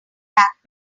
back